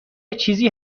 چیزی